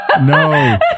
no